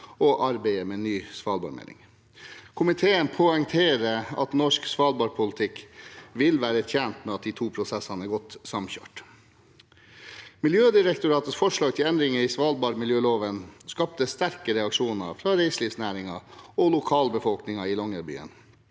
og arbeidet med ny svalbardmelding. Komiteen poengterer at norsk svalbardpolitikk vil være tjent med at de to prosessene er godt samkjørt. Miljødirektoratets forslag til endringer i svalbardmiljøloven skapte sterke reaksjoner fra reiselivsnæringen og lokalbefolkningen i Longyearbyen.